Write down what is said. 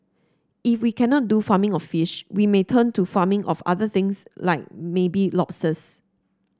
if we cannot do farming of fish we may turn to farming of other things like maybe lobsters